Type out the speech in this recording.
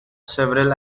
several